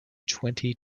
twenty